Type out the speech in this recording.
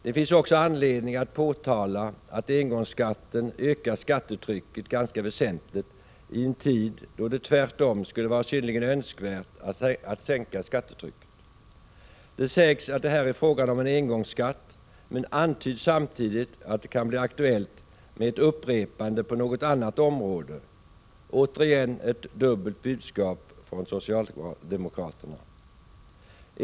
Det finns också anledning att påtala att engångsskatten ökar skattetrycket ganska väsentligt i en tid då det tvärtom skulle vara synnerligen önskvärt att sänka skattetrycket. Det sägs att det är fråga om en engångsskatt, men det antyds samtidigt att det kan bli aktuellt med ett upprepande på något annat område — återigen ett dubbelt budskap från socialdemokraterna.